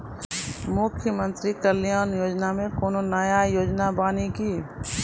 मुख्यमंत्री कल्याण योजना मे कोनो नया योजना बानी की?